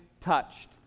touched